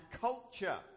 culture